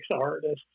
artists